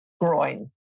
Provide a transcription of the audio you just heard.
groin